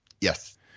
Yes